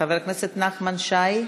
חבר הכנסת נחמן שי.